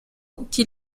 qui